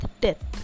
death